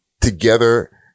together